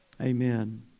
Amen